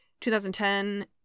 2010